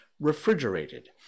refrigerated